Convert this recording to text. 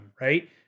right